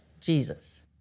Jesus